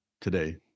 today